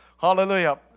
Hallelujah